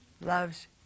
loves